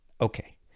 Okay